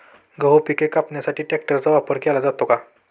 गहू पिके कापण्यासाठी ट्रॅक्टरचा उपयोग केला जातो का?